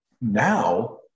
now